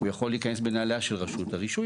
הוא יכול להיכנס בנעליה של רשות הרישוי,